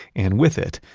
and with it,